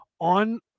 on